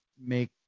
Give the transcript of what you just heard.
make